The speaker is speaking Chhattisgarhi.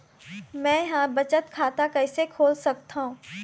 मै ह बचत खाता कइसे खोल सकथों?